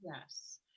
Yes